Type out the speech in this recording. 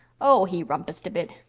oh, he rumpussed a bit.